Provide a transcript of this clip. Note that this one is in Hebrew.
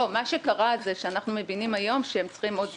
מה שקרה הוא שאנחנו מבינים היום שהם צריכים עוד זמן.